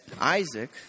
Isaac